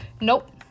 Nope